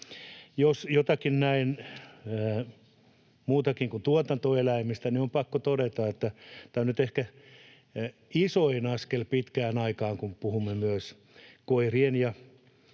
Jos jostakin muustakin kuin tuotantoeläimistä, niin on pakko todeta, että tämä on nyt ehkä isoin askel pitkään aikaan, kun puhumme, että myös koiran- ja